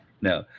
no